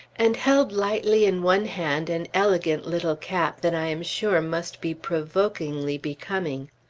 and held lightly in one hand an elegant little cap that i am sure must be provokingly becoming.